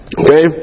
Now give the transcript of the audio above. okay